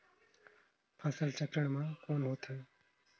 फसल चक्रण मा कौन होथे?